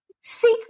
seek